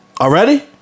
Already